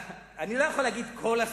אני לא יכול להגיד כל השרים,